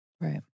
Right